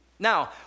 Now